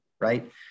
right